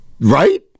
right